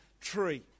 tree